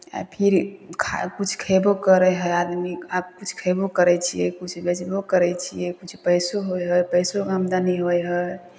आ फेर खाए कुछ खएबो करै हइ आदमी आ किछु खएबो करै छियै किछु बेचबो करै छियै किछु पैसो होइ हइ पैसोके आमदनी होइ हइ